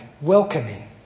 welcoming